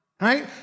Right